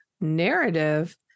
narrative